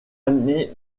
année